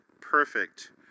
perfect